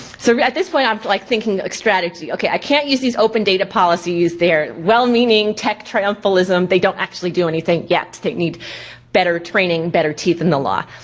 so yeah at this point, i'm like thinking like strategy. okay i can't use these open data policies, they're well-meaning tech triumphalism. they don't actually do anything yet. they need better training, better teeth in the law.